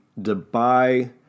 dubai